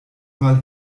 mal